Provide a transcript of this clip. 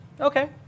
Okay